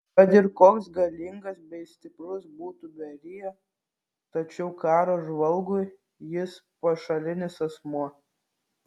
kad ir koks galingas bei stiprus būtų berija tačiau karo žvalgui jis pašalinis asmuo